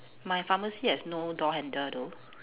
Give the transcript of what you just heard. my pharmacy has no door handle though